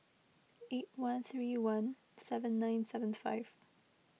eight one three one seven nine seven five